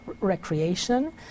recreation